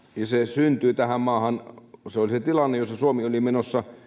syntyi tähän maahan se oli se tilanne jossa suomi oli menossa